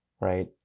right